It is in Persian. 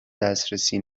دسترسی